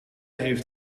heeft